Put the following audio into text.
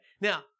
Now